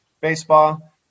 baseball